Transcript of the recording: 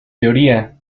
teoría